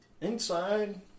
inside